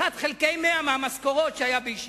שאחת חלקי מאה מהמשכורות היה בישיבות.